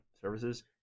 services